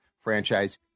franchise